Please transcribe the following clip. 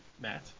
matt